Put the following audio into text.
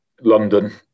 London